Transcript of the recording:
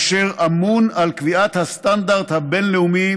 אשר אמון על קביעת הסטנדרט הבין-לאומי